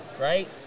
right